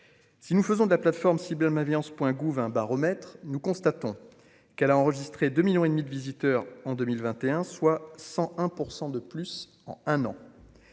si nous faisons de la plateforme si ma vie en ce point gouv un baromètre, nous constatons qu'elle a enregistré 2 millions et demi de visiteurs en 2021 soit 101 % de plus en un an